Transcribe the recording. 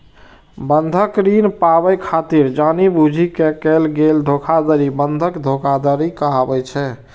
बंधक ऋण पाबै खातिर जानि बूझि कें कैल गेल धोखाधड़ी बंधक धोखाधड़ी कहाबै छै